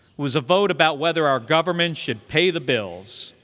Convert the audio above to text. was a vote about whether our government should pay the bills.